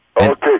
Okay